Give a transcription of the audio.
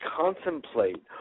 contemplate